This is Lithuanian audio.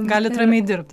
galit ramiai dirbt